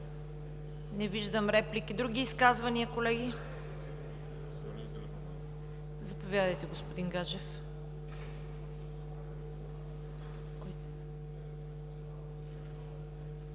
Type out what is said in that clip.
Не виждам реплики. Други изказвания, колеги? Заповядайте, господин Гаджев. ХРИСТО